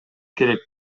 керек